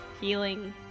healing